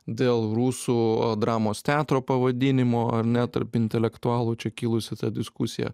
dėl rusų dramos teatro pavadinimo ar ne tarp intelektualų čia kilusi ta diskusija